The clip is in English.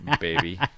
baby